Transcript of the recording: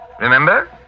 Remember